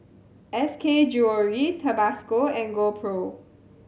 S K Jewellery Tabasco and GoPro